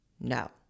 No